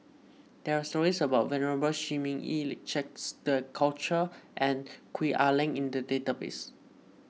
there are stories about Venerable Shi Ming Yi Lee Jacques De Coutre and Gwee Ah Leng in the database